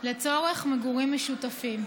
לצורך מגורים משותפים.